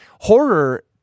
Horror